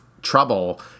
trouble